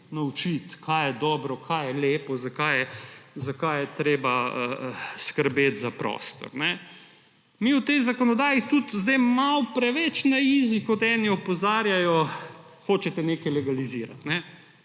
kaj je dobro, kaj je lepo, zakaj je treba skrbeti za prostor. V tej zakonodaji tudi zdaj malo preveč na izi, kot eni opozarjajo, hočete nekaj legalizirati.